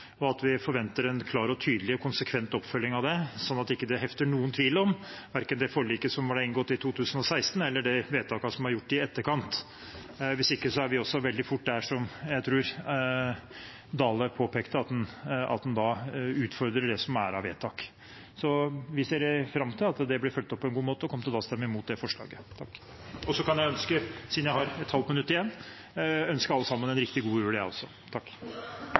og vi forventer en klar, tydelig og konsekvent oppfølging av det, slik at det ikke hefter noen tvil om verken forliket som ble inngått i 2016, eller vedtakene som er gjort i etterkant. Hvis ikke, er vi også veldig fort der, som jeg tror Dale påpekte, at man utfordrer det som er av vedtak. Vi ser fram til at det blir fulgt opp på en god måte, og kommer til å stemme imot forslaget. Siden jeg har et halvt minutt igjen, kan jeg ønske alle sammen en riktig god